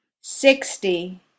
sixty